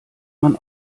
man